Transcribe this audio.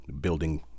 building